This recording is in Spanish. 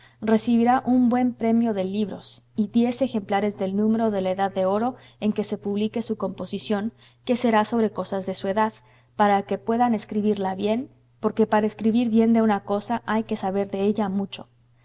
recibirá un buen premio de libros y diez ejemplares del número de la edad de oro en que se publique su composición que será sobre cosas de su edad para que puedan escribirla bien porque para escribir bien de una cosa hay que saber de ella mucho